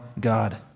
God